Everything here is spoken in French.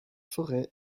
forêts